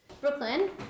Brooklyn